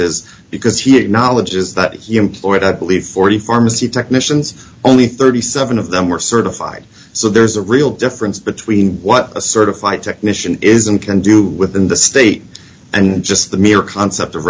statuses because he acknowledges that he employed i believe forty pharmacy technicians only thirty seven of them were certified so there's a real difference between what a certified technician isn't can do within the state and just the mere concept of